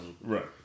Right